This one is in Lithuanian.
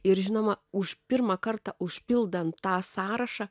ir žinoma už pirmą kartą užpildant tą sąrašą